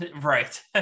Right